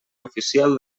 oficial